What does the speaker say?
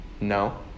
No